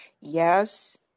yes